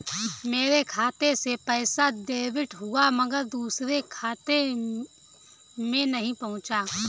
मेरे खाते से पैसा डेबिट हुआ मगर दूसरे खाते में नहीं पंहुचा